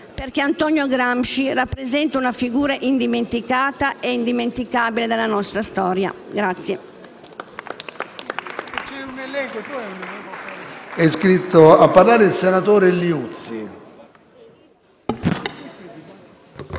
perché Antonio Gramsci rappresenta una figura indimenticata e indimenticabile della nostra storia.